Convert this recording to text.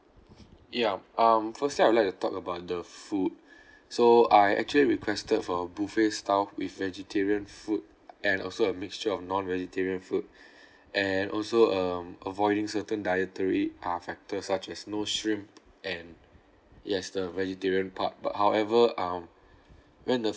yup um firstly I would like to talk about the food so I actually requested for a buffet style with vegetarian food and also a mixture of non-vegetarian food and also um avoiding certain dietary uh factors such as no shrimp and yes the vegetarian part but however uh when the